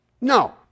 No